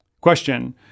Question